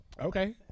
Okay